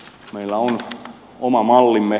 meillä on oma mallimme